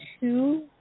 two